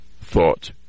thought